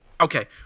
Okay